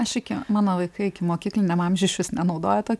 aš iki mano vaikai ikimokykliniam amžiuj išvis nenaudoju tokio